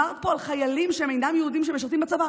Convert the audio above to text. דובר פה על חיילים שאינם יהודים שמשרתים בצבא,